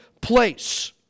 place